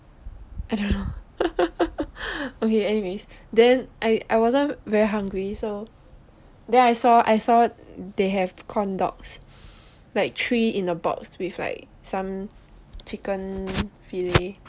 I don't know okay anyways then I I wasn't very hungry so then I saw I saw they have corn dogs like three in a box with like some chicken fillet